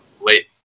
late